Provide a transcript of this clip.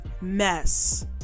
mess